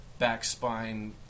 backspine